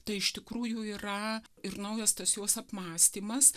tai iš tikrųjų yra ir naujas tas jos apmąstymas